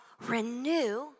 renew